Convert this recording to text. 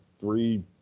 three